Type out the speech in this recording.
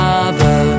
Mother